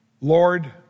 Lord